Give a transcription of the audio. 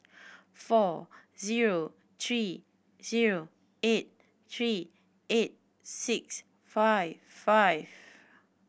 four zero three zero eight three eight six five five